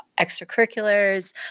extracurriculars